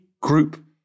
group